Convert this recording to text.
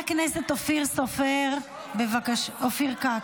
--- זו ההגנה הטובה ביותר --- חבר הכנסת אופיר כץ.